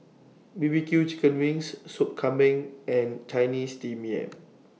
B B Q Chicken Wings Sop Kambing and Chinese Steamed Yam